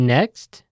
Next